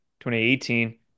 2018